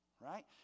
right